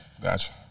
Gotcha